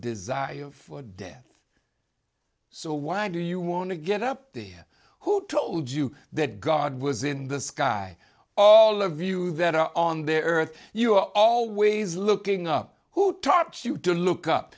desire for death so why do you want to get up there who told you that god was in the sky all of you that are on there earth you are always looking up who taught you to look up